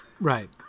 right